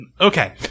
Okay